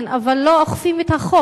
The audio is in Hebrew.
כן, אבל לא אוכפים את החוק.